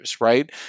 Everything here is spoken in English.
Right